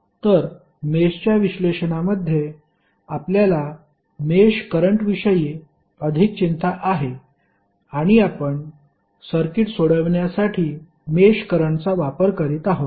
तर मेषच्या विश्लेषणामध्ये आपल्याला मेष करंटविषयी अधिक चिंता आहे आणि आपण सर्किट सोडविण्यासाठी मेष करंटचा वापर करीत आहोत